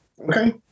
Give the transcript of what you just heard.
Okay